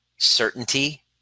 certainty